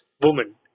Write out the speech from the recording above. woman